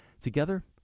Together